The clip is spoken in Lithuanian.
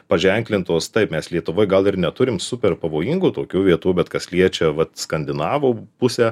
paženklintos taip mes lietuvoj gal ir neturim super pavojingų tokių vietų bet kas liečia vat skandinavų pusę